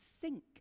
sink